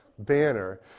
banner